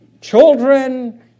children